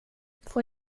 får